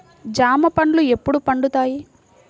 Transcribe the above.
జామ పండ్లు ఎప్పుడు పండుతాయి?